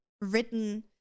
written